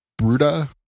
Bruda